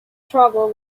trouble